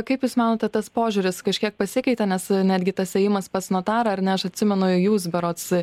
kaip jūs manote tas požiūris kažkiek pasikeitė nes netgi tas ėjimas pas notarą ar ne aš atsimenu jūs berods